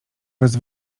bez